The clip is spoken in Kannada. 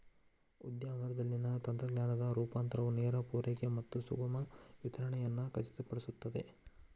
ಉದ್ಯಮದಲ್ಲಿನ ತಂತ್ರಜ್ಞಾನದ ರೂಪಾಂತರವು ನೇರ ಪೂರೈಕೆ ಮತ್ತು ಸುಗಮ ವಿತರಣೆಯನ್ನು ಖಚಿತಪಡಿಸುತ್ತದೆ